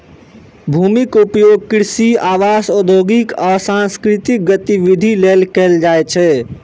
भूमिक उपयोग कृषि, आवास, औद्योगिक आ सांस्कृतिक गतिविधि लेल कैल जाइ छै